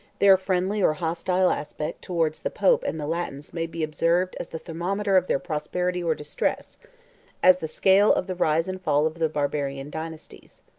their friendly or hostile aspect towards the pope and the latins may be observed as the thermometer of their prosperity or distress as the scale of the rise and fall of the barbarian dynasties.